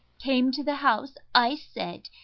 came to the house i said,